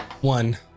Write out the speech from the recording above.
One